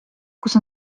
kus